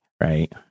Right